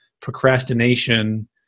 procrastination